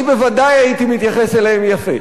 אתה יודע שאם הם היו חרדים אני בוודאי הייתי מתייחס אליהם יפה,